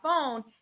phone